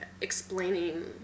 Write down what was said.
explaining